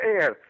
air